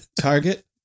target